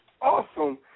awesome